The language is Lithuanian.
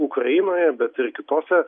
ukrainoje bet ir kitose